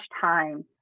time